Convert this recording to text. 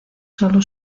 sólo